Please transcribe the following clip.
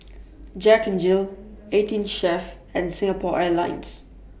Jack N Jill eighteen Chef and Singapore Airlines